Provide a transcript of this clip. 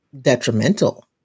detrimental